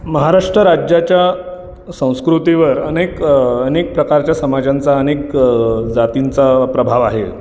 महाराष्ट्र राज्याच्या संस्कृतीवर अनेक अनेक प्रकारच्या समाजांचा अनेक जातींचा प्रभाव आहे